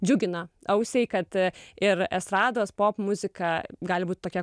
džiugina ausiai kad ir estrados popmuzika gali būt tokia